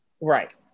Right